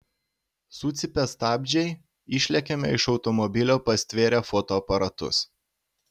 sucypia stabdžiai išlekiame iš automobilio pastvėrę fotoaparatus